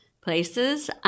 places